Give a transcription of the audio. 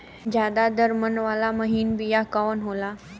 ज्यादा दर मन वाला महीन बिया कवन होला?